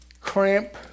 cramp